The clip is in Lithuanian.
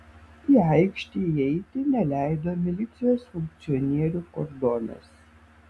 į aikštę įeiti neleido milicijos funkcionierių kordonas